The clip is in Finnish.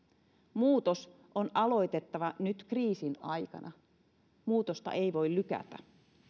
muutos on aloitettava nyt kriisin aikana muutosta ei voi lykätä